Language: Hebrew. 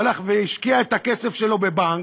הוא הלך והשקיע את הכסף שלו בבנק.